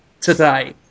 today